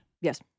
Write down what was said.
Yes